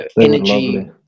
energy